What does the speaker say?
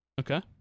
Okay